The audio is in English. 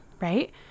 right